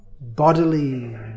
bodily